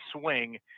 swing